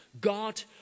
God